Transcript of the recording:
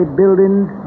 buildings